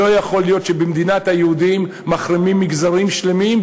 לא יכול להיות שבמדינת היהודים מחרימים מגזרים שלמים,